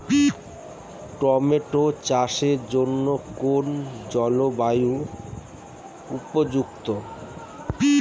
Tomato চাষের জন্য কোন জলবায়ু উপযুক্ত?